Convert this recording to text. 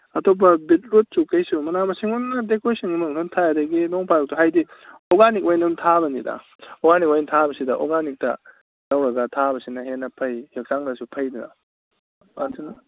ꯑꯇꯣꯞꯄ ꯕꯤꯠꯔꯨꯠꯁꯨ ꯀꯩꯁꯨ ꯃꯅꯥ ꯃꯁꯤꯡ ꯑꯣꯏꯅ ꯗꯦꯀꯣꯔꯦꯁꯟꯒꯨꯝꯕ ꯉꯥꯛ ꯊꯥꯏ ꯑꯗꯒꯤ ꯅꯣꯡꯐꯥꯗꯣꯛꯁꯨ ꯍꯥꯏꯗꯤ ꯑꯣꯔꯒꯥꯅꯤꯛ ꯑꯣꯏꯅ ꯊꯕꯥꯅꯤꯗ ꯑꯣꯔꯒꯥꯅꯤꯛ ꯑꯣꯏꯅ ꯊꯥꯕꯁꯤꯗ ꯑꯣꯔꯒꯥꯅꯤꯛꯇ ꯇꯧꯔꯒ ꯊꯥꯕꯁꯤꯅ ꯍꯦꯟꯅ ꯐꯩ ꯍꯛꯆꯥꯡꯗꯁꯨ ꯐꯩꯗꯅ ꯑꯗꯨꯅ